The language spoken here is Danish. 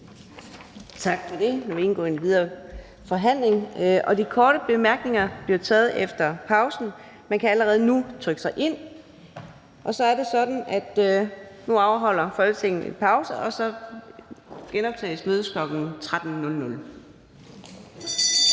Tak for det. Det vil indgå i den videre forhandling. De korte bemærkninger bliver taget efter pausen, men man kan allerede nu trykke sig ind. Mødet genoptages kl. 13.00.